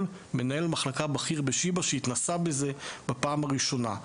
מנהל מחלקה בכיר ב"שיבא" שהתנסה בזה בפעם הראשונה.